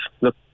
Look